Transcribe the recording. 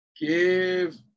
give